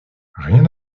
rien